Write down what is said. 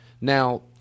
Now